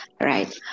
right